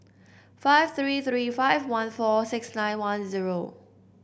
five three three five one four six nine one zero